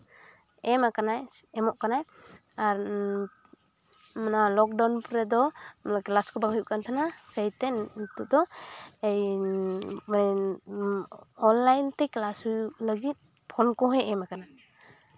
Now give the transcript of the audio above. ᱮᱢ ᱠᱟᱱᱟᱭ ᱮᱢᱚᱜ ᱠᱟᱱᱟᱭ ᱟᱨ ᱱᱚᱣᱟ ᱞᱚᱠᱰᱟᱣᱩᱱ ᱨᱮᱫᱚ ᱠᱞᱟᱥ ᱠᱚ ᱵᱟᱝ ᱦᱩᱭᱩᱜ ᱠᱟᱱ ᱛᱟᱦᱮᱱᱟ ᱞᱟᱹᱭᱛᱮ ᱱᱤᱛᱚᱜ ᱫᱚ ᱚᱱᱞᱟᱭᱤᱱᱛᱮ ᱠᱞᱟᱥ ᱦᱩᱭᱩᱜ ᱞᱟᱹᱜᱤᱫ ᱯᱷᱚᱱ ᱠᱚᱦᱚᱸᱭ ᱮᱢ ᱠᱟᱱᱟ